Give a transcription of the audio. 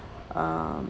uh